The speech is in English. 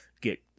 get